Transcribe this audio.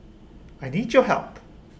I need your help